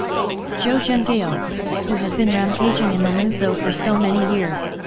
zhou zhenghao, who had been rampaging in the linzhou for so many years,